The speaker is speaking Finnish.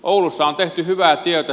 oulussa on tehty hyvää työtä